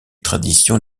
traditions